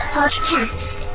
Podcast